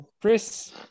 Chris